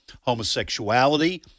homosexuality